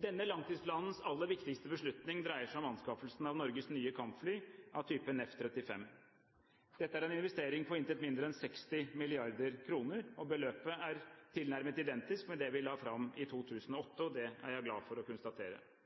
Denne langtidsplanens aller viktigste beslutning dreier seg om anskaffelsen av Norges nye kampfly, av typen F-35. Dette er en investering på intet mindre enn 60 mrd. kr. Beløpet er tilnærmet identisk med det vi la fram i 2008, og det er jeg glad for å